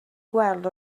gweld